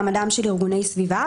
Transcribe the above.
מעמדם של ארגוני סביבה),